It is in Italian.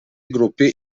gruppi